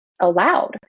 allowed